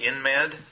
InMed